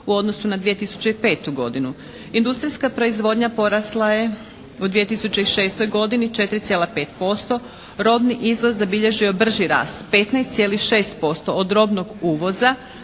u odnosu na 2005. godinu. Industrijska proizvodnja porasla je u 2006. godini 4,5%, robni izvoz zabilježio je brži rast 15,6% od robnog uvoza